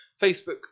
Facebook